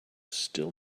still